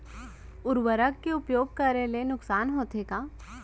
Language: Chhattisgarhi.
उर्वरक के उपयोग करे ले नुकसान होथे का?